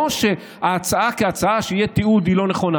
לא שההצעה כהצעה שיהיה תיעוד היא לא נכונה.